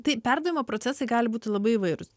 tai perdavimo procesai gali būti labai įvairūs